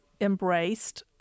embraced